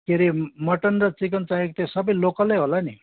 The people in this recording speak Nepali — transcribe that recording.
के रे मटन र चिकन चाहिएको थियो सबै लोकलै होला नि